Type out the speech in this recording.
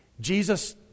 Jesus